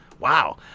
Wow